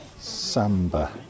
Samba